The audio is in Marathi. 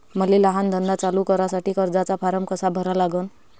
मले लहान धंदा चालू करासाठी कर्जाचा फारम कसा भरा लागन?